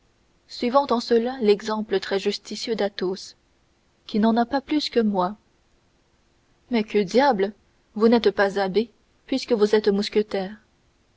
suivant en cela l'exemple très judicieux d'athos qui n'en a pas plus que moi mais que diable vous n'êtes pas abbé puisque vous êtes mousquetaire